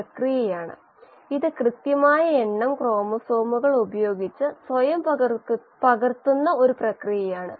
പരിഹാരം താഴെ പറയുന്നവയാണ്